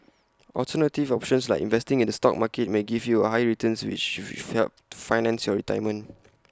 alternative options like investing in the stock market may give you higher returns with which we fell finance your retirement